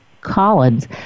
Collins